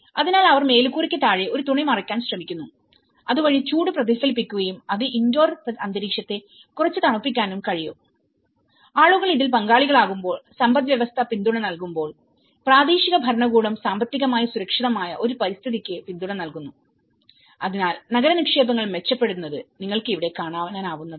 അതിനാൽ അവർ മേൽക്കൂരയ്ക്ക് താഴെ ഒരു തുണി മറയ്ക്കാൻ ശ്രമിക്കുന്നു അതുവഴി ചൂട് പ്രതിഫലിപ്പിക്കുകയുംഅത് ഇൻഡോർ അന്തരീക്ഷത്തെ കുറച്ച് തണുപ്പിക്കാനും കഴിയും ആളുകൾ ഇതിൽ പങ്കാളികളാകുമ്പോൾ സമ്പദ്വ്യവസ്ഥ പിന്തുണ നൽകുമ്പോൾ പ്രാദേശിക ഭരണകൂടം സാങ്കേതികമായി സുരക്ഷിതമായ ഒരു പരിതസ്ഥിതിക്ക് പിന്തുണ നൽകുന്നു അതിനാൽ നഗര നിക്ഷേപങ്ങൾ മെച്ചപ്പെടുന്നത് നിങ്ങൾക്ക് ഇവിടെ കാണാവുന്നതാണ്